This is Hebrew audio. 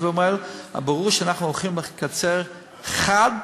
אבל ברור שאנחנו הולכים לקצר באופן חד